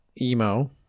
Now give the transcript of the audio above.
emo